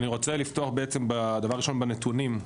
אני רוצה לפתוח דבר ראשון בנתונים.